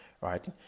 Right